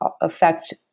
affect